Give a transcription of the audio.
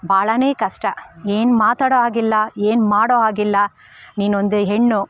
ಭಾಳಾವೇ ಕಷ್ಟ ಏನೂ ಮಾತಾಡೋ ಹಾಗಿಲ್ಲ ಏನೂ ಮಾಡೋ ಹಾಗಿಲ್ಲಾ ನೀನೊಂದು ಹೆಣ್ಣು